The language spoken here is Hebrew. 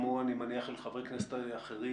כמו שאני מניח אל חברי כנסת אחרים,